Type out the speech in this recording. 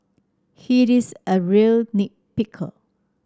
he is a real nit picker